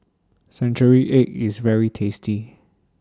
Century Egg IS very tasty